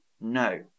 no